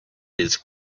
his